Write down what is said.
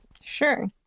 Sure